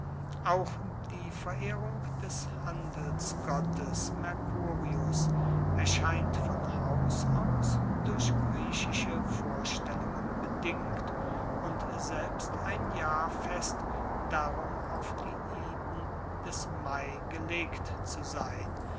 auch die verehrung des handelsgottes mercurius erscheint von haus aus durch griechische vorstellungen bedingt und selbst sein jahrfest darum auf die iden des mai gelegt zu sein